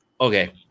okay